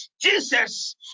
Jesus